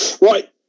Right